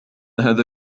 هذا